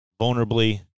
vulnerably